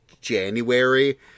January